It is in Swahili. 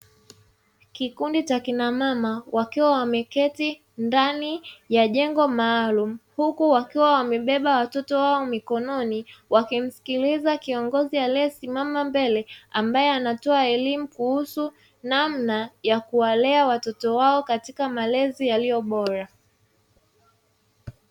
Kikundi cha kinamama wakiwa wameketi ndani ya jengo maalumu huku wakiwa wamebeba watoto wao mikononi, wakimsikiliza kiongozi aliyesimama mbele ambaye anatoa elimu kuhusu namna ya kuwalea watoto wao katika malezi yaliyobora.